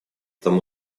тому